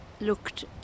looked